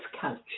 culture